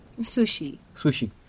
Sushi